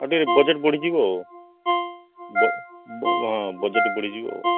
ଆଉ ଟିକେ ବଜେଟ୍ ବଢ଼ିଯିବ ଆଉ ହଁ ବଜେଟ୍ ବଢ଼ିଯିବ